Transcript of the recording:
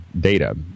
data